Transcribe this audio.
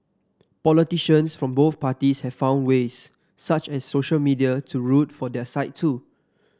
politicians from both parties have found ways such as social media to root for their side too